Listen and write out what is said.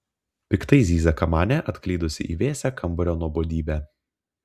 piktai zyzia kamanė atklydusi į vėsią kambario nuobodybę